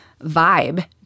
vibe